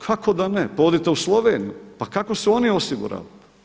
Kako da ne, pa odite u Sloveniju, pa kako su oni osigurali?